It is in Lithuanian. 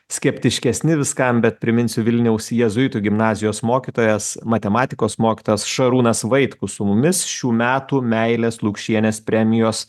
skeptiškesni viskam bet priminsiu vilniaus jėzuitų gimnazijos mokytojas matematikos mokytojas šarūnas vaitkus su mumis šių metų meilės lukšienės premijos